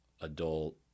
adult